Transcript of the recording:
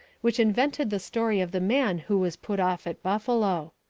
which invented the story of the man who was put off at buffalo.